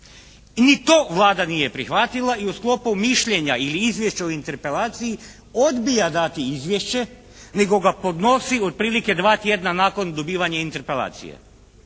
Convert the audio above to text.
Ni to Vlada nije prihvatila i u sklopu mišljenja ili izvješća o Interpelaciji odbija dati izvješće nego ga podnosi otprilike dva tjedna nakon dobivanja Interpelacije.